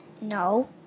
No